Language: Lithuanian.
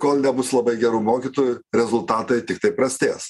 kol nebus labai gerų mokytojų rezultatai tiktai prastės